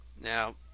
Now